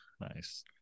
Nice